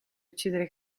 uccidere